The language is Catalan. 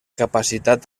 capacitat